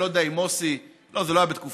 אני לא יודע אם מוסי, לא, זה לא היה בתקופתך.